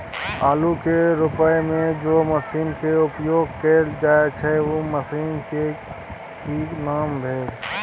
आलू के रोपय में जे मसीन के उपयोग कैल जाय छै उ मसीन के की नाम भेल?